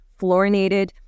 fluorinated